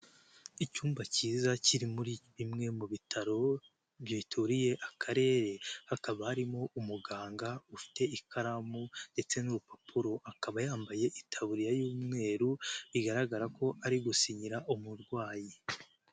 Icyumba kiza kiri muri bimwe mu bitaro bituriye akarere, hakaba harimo umuganga ufite ikaramu ndetse n'urupapuro, akaba yambaye itaburiya y'umweru bigaragara ko ari gusinyira umurwayi.